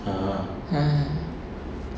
(uh huh)